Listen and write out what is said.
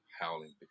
howling